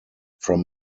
from